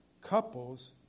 couples